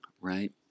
right